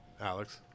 Alex